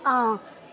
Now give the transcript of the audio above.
हां